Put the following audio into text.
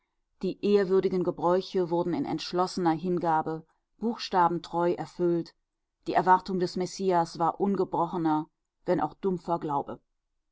die ehrwürdigen gebräuche wurden in entschlossener hingabe buchstabentreu erfüllt die erwartung des messias war ungebrochener wenn auch dumpfer glaube